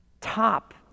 top